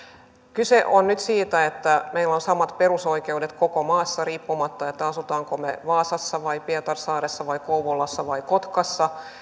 kyse on nyt siitä että meillä on samat perusoikeudet koko maassa riippumatta siitä asummeko me vaasassa vai pietarsaaressa vai kouvolassa vai kotkassa